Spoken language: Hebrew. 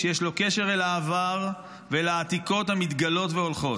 שיש לו קשר אל העבר ואל העתיקות המתגלות והולכות.